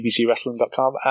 bbcwrestling.com